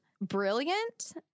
brilliant